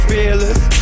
Fearless